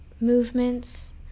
movements